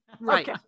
Right